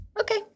okay